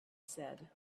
said